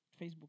Facebook